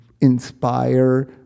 inspire